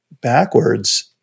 backwards